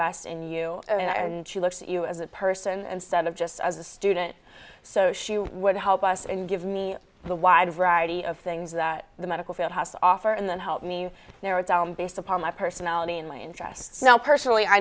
best in you and she looks at you as a person and set of just as a student so she would help us and give me the wide variety of things that the medical field has to offer and then help me narrow down based upon my personality and my interests now personally i